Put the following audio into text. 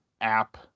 app